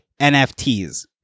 NFTs